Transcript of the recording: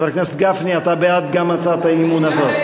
חבר הכנסת גפני, אתה גם בעד הצעת האי-אמון הזאת?